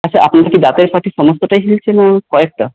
আচ্ছা আপনার কি দাঁতের ফাঁকে সমস্তটাই হেলছে নাকি কয়েকটা